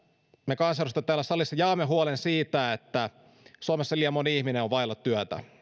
me kansanedustajat täällä salissa jaamme huolen siitä että suomessa liian moni ihminen on vailla työtä